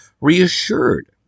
reassured